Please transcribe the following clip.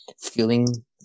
feeling